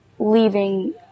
leaving